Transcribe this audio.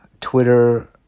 Twitter